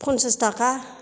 फनसास थाखा